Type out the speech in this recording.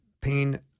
pain